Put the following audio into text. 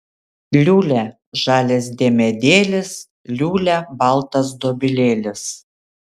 liūlia žalias diemedėlis liūlia baltas dobilėlis